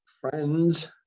friends